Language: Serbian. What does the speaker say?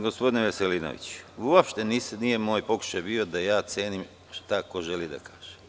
Gospodine Veselinoviću, uopšte nije moj pokušaj bio da ja cenim šta ko želi da kaže.